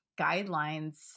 guidelines